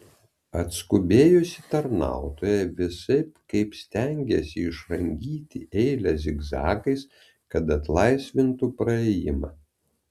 atskubėjusi tarnautoja visaip kaip stengėsi išrangyti eilę zigzagais kad atlaisvintų praėjimą